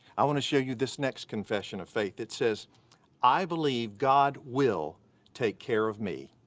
i wanna show you this next confession of faith. it says i believe god will take care of me,